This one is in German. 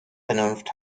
vernunft